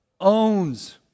owns